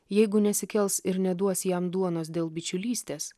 jeigu nesikels ir neduos jam duonos dėl bičiulystės